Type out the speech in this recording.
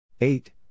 Eight